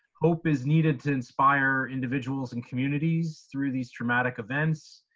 hope is needed to inspire individuals in communities through these traumatic events.